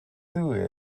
ddwy